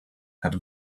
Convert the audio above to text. had